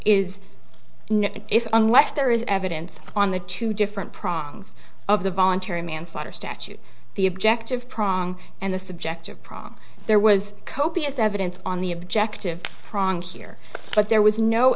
if unless there is evidence on the two different problems of the voluntary manslaughter statute the objective problem and a subjective problem there was copious evidence on the objective prongs here but there was no